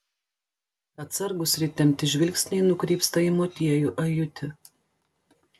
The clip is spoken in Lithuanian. atsargūs ir įtempti žvilgsniai nukrypsta į motiejų ajutį